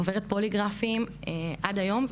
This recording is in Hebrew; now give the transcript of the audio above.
עוברת פוליגרפים עד היום.